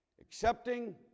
Accepting